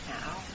now